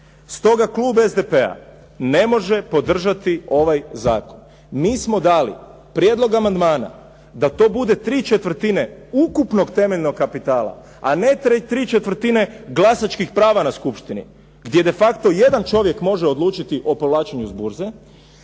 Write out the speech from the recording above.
Stoga klub SDP-a ne može podržati ovaj zakon. Mi smo dali prijedlog amandmana da to bude ¾ ukupnog temeljenog kapitala a ne ¾ glasačkih prava na skupštini gdje de facto jedan čovjek može odlučiti o povlačenju s burze